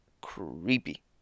creepy